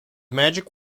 magic